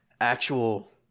actual